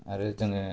आरो जोङो